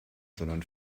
sondern